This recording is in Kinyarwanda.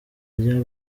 rya